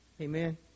Amen